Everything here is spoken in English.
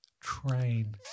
train